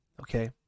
Okay